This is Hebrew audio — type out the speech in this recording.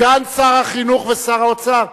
סגן שר החינוך ושר האוצר,